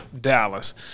Dallas